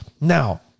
Now